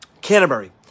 Canterbury